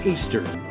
Eastern